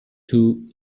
two